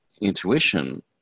intuition